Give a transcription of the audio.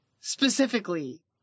specifically